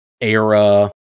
era